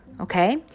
Okay